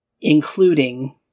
including